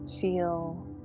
feel